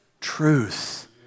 truth